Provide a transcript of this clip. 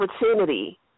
opportunity